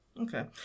Okay